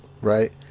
right